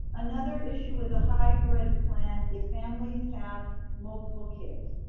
another issue with the hybrid plan is families have multiple kids.